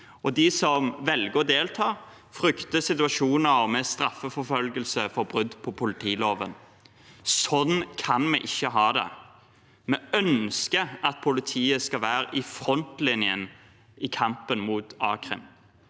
De som velger å delta, frykter situasjoner med straffeforfølgelse for brudd på politiloven. Sånn kan vi ikke ha det. Vi ønsker at politiet skal være i frontlinjen i kampen mot a-krim.